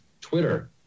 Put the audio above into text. Twitter